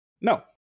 No